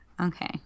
Okay